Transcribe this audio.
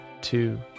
two